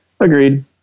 Agreed